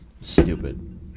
stupid